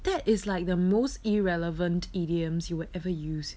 that is like the most irrelevant idioms you will ever use